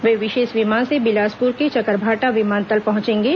वे विशेष विमान से बिलासपुर के चकरभाटा विमानतल पहंचेंगे